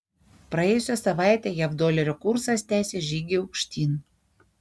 praėjusią savaitę jav dolerio kursas tęsė žygį aukštyn